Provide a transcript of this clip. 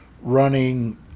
running